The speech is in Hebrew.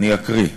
אקריא.